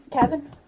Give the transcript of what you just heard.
Kevin